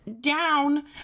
down